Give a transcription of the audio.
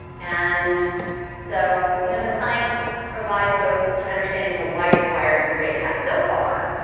and so you know the science provides both an understanding for why it's wired the way it has so far,